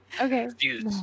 Okay